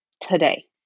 today